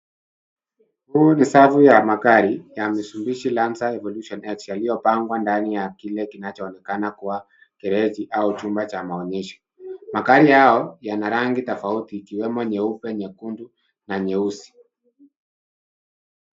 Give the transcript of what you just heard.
Huu ni safu ya magari ya Mitsibidhi Landcer Evolution X yaliyopangwa ndani ya kile kinachoonekana kua gereji au chumba cha maonyesho. Magari hayo yana rangi tofauti ikiwemo nyeupe, nyekundu na nyeusi.